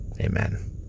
amen